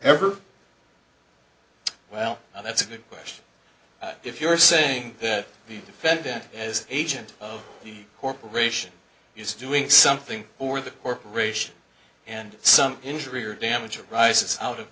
ever well that's a good question if you're saying that the defendant is agent of the corporation used to doing something or the corporation and some injury or damage arises out of